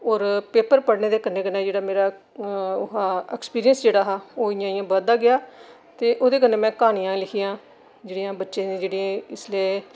और पेपर में पढ़ने दे कन्नै कन्नै जेह्ड़ा गै मेरा ओह् हा इक्सपीरिंस जेह्ड़ा हा ओह् इ'यां इ'यां बधदा गेआ ते ओह्दे कन्नै में कहानियां लिखियां जेह्ड़ियां बच्चें दियां जेह्ड़ियां इसलै